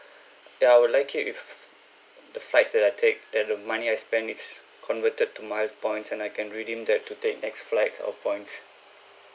that I will like it if the flights that I take that the money I spend it's converted to my points and I can redeem that to take next flight or points